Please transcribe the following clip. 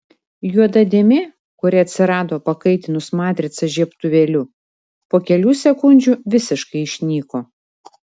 juoda dėmė kuri atsirado pakaitinus matricą žiebtuvėliu po kelių sekundžių visiškai išnyko